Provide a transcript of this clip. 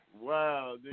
Wow